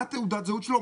מה תעודת הזהות שלו?